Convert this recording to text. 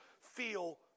feel